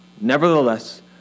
Nevertheless